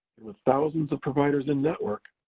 and with thousands of providers in network,